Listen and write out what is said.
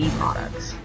products